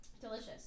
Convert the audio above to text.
Delicious